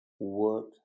Work